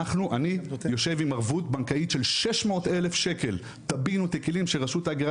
אני יושב עם ערבות בנקאית של 600,000 ₪ טבין ותקילין שרשות ההגירה